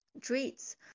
treats